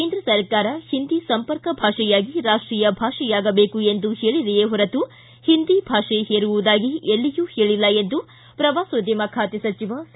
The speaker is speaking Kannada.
ಕೇಂದ್ರ ಸರ್ಕಾರ ಹಿಂದಿ ಸಂಪರ್ಕ ಭಾಷೆಯಾಗಿ ರಾಷ್ಟೀಯ ಭಾಷೆಯಾಗಬೇಕು ಎಂದು ಹೇಳದೆಯೇ ಹೊರತು ಹಿಂದಿ ಭಾಷೆ ಹೇರುವುದಾಗಿ ಎಲ್ಲಿಯೂ ಹೇಳಲ್ಲ ಎಂದು ಪ್ರವಾಸೋದ್ಯಮ ಖಾತೆ ಸಚಿವ ಸಿ